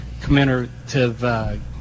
commemorative –